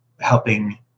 helping